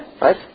Right